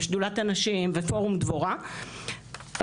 ושדולת הנשים ופורום דבורה,